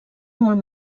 molt